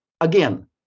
again